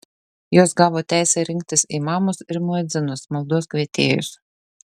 jos gavo teisę rinktis imamus ir muedzinus maldos kvietėjus